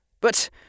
But